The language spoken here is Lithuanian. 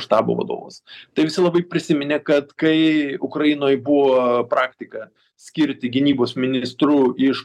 štabo vadovas tai visi labai prisiminė kad kai ukrainoj buvo praktika skirti gynybos ministru iš